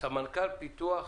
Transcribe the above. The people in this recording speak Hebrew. סמנכ"ל פיתוח